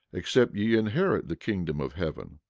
except ye inherit the kingdom of heaven?